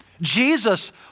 Jesus